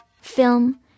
film